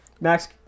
Max